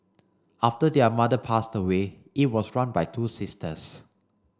after their mother passed away it was run by two sisters